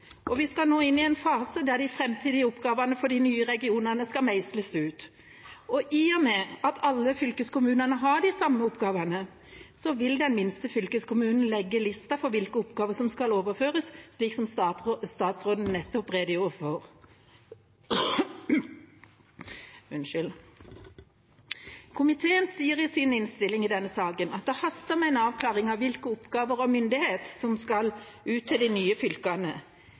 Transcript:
og vi skal nå inn i en fase der de framtidige oppgavene for de nye regionene skal meisles ut. Og i og med at alle fylkeskommunene har de samme oppgavene, vil den minste fylkeskommunen legge lista for hvilke oppgaver som skal overføres, slik statsråden nettopp redegjorde for. Komiteen sier i sin innstilling i denne saken at det haster med en avklaring av hvilke oppgaver og hvilken myndighet som skal ut til de nye fylkene.